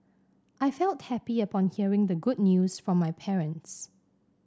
I felt happy upon hearing the good news from my parents